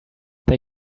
they